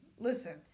listen